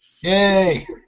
Yay